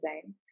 design